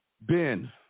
Ben